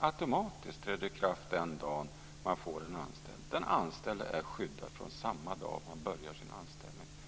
automatiskt träder i kraft den dag företaget får en anställd. Den anställde är skyddad från samma dag som han eller hon börjar sin anställning.